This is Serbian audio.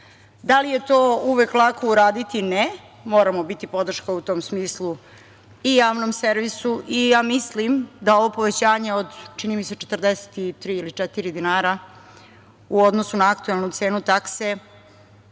Da li je to uvek lako uraditi? Ne, moramo biti podrška u tom smislu i javnom servisu i ja mislim da ovo povećanje od, čini mi se, 43 ili 44 dinara u odnosu na aktuelnu cenu takse